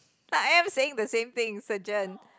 I'm saying the same thing surgeon